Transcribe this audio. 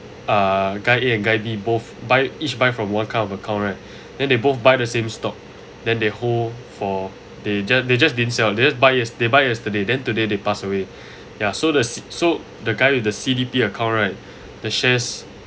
uh guy A and guy B both buy each buy from one kind of account right and they both by the same stock then they hold for they just they just didn't sell they just buy yesterday they buy yesterday then today they pass away ya so this so the guy with the C_D_P account right the shares